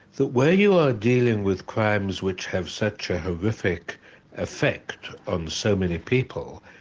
that where you are dealing with crimes which have such a horrific effect on so many people,